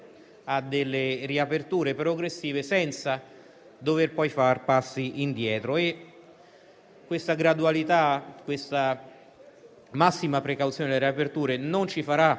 a riaperture progressive senza dover poi fare passi indietro. Questa gradualità e questa massima precauzione delle aperture non ci faranno